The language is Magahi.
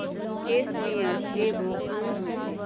केस मेयर एगो उन होई छई